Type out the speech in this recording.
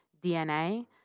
DNA